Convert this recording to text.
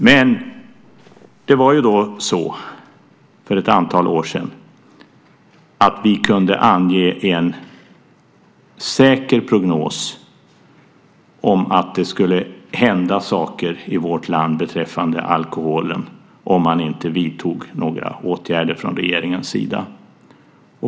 Men för ett antal år sedan kunde vi ange en säker prognos om att det skulle hända saker i vårt land beträffande alkoholen om man inte vidtog några åtgärder från regeringens sida.